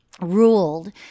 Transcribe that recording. ruled